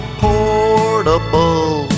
portable